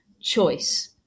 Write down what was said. choice